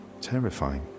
terrifying